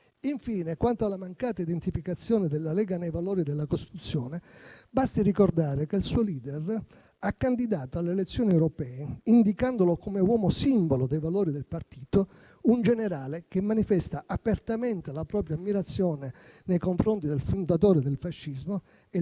Infine, quanto alla mancata identificazione della Lega nei valori della Costituzione, basti ricordare che il suo *leader* ha candidato alle elezioni europee, indicandolo come uomo simbolo dei valori del partito, un generale che manifesta apertamente la propria ammirazione nei confronti del fondatore del fascismo e